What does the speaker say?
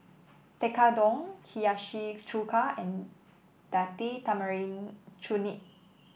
Tekkadon Hiyashi Chuka and Date Tamarind Chutney